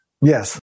Yes